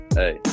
hey